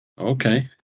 Okay